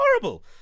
horrible